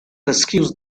rescues